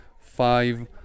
five